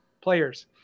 players